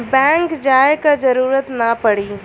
bank जाये क जरूरत ना पड़ी